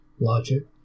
logic